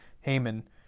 Haman